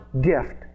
gift